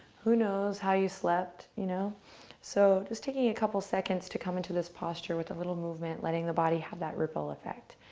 who knows how you slept you know so just taking a couple seconds to come into this posture with a little movement letting that body have that ripple effect.